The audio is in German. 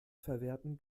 verwerten